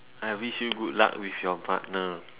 I wish you good luck with your partner